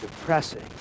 depressing